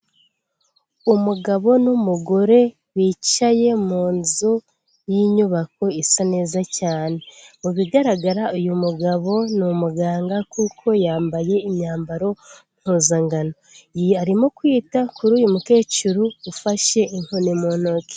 Umugabo n'umugore bicaye mu nzu y'inyubako isa neza cyane mu bigaragara uyu mugabo ni umuganga kuko yambaye imyambaro mpuzankano, arimo kwita kuri uyu mukecuru ufashe inkoni mu ntoki.